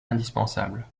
indispensable